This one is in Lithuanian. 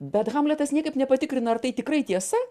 bet hamletas niekaip nepatikrina ar tai tikrai tiesa